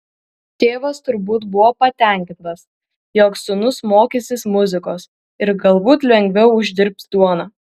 tėvas turbūt buvo patenkintas jog sūnus mokysis muzikos ir galbūt lengviau uždirbs duoną